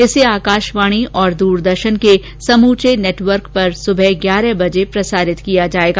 इसे आकाशवाणी और दूरदर्शन के समूचे नेटवर्क से सुबह ग्यारह बजे प्रसारित किया जायेगा